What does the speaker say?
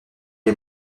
les